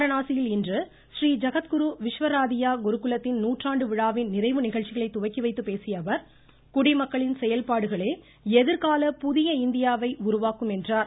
வாரணாசியில் இன்று றீ ஐகத்குரு விஸ்வராதியா குருகுலத்தின் நூற்றாண்டு விழாவின் நிறைவு நிகழ்ச்சிகளை துவக்கிவைத்துப் பேசியஅவர் குடிமக்களின் செயல்பாடுகளே எதிர்கால புதிய இந்தியாவை உருவாக்கும் என்றார்